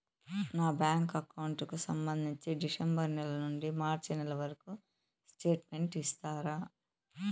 నా bank account కు సంబంధించి డిసెంబరు నెల నుండి మార్చి నెలవరకు స్టేట్మెంట్ ఇస్తారా?